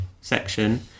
section